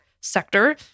sector